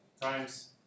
times